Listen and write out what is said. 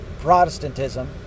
Protestantism